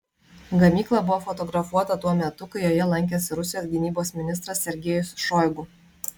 gamykla buvo fotografuota tuo metu kai joje lankėsi rusijos gynybos ministras sergejus šoigu